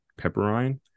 pepperine